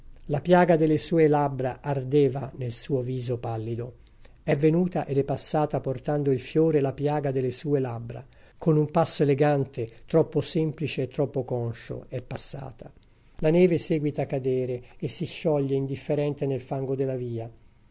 la piaga delle sue labbra ardeva nel suo viso pallido è venuta ed è passata portando il fiore e la piaga delle sue labbra con un passo elegante troppo semplice troppo conscio è passata la neve seguita a cadere e si scioglie indifferente nel fango della via